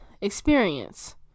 experience